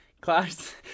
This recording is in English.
class